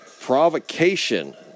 provocation